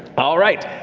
all right.